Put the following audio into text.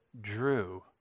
drew